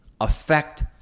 affect